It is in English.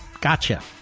Gotcha